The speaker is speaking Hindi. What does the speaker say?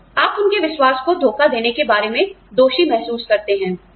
तो आप उनके विश्वास को धोखा देने के बारे में दोषी महसूस करते हैं